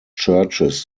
churches